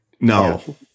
No